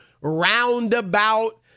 roundabout